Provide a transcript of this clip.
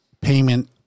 payment